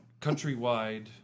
countrywide